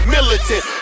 Militant